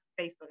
Facebook